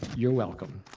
you're welcome.